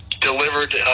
delivered